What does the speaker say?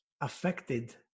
affected